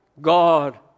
God